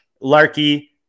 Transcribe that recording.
Larky